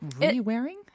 re-wearing